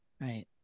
right